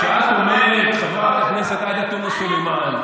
כשאת אומרת, חברת הכנסת עאידה תומא סלימאן,